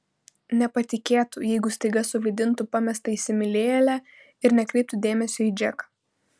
nepatikėtų jeigu staiga suvaidintų pamestą įsimylėjėlę ir nekreiptų dėmesio į džeką